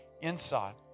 inside